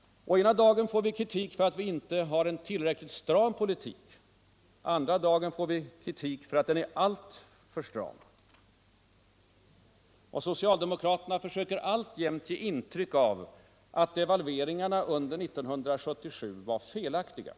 Den ena dagen får vi kritik för att vi inte har en tillräckligt stram politik och den andra dagen får vi kritik för att den är alltför stram! | Socialdemokraterna söker alltjämt ge intryck av att devalveringarna under 1977 var felaktiga.